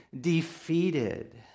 defeated